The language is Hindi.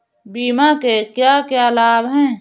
बीमा के क्या क्या लाभ हैं?